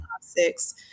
six